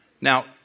Now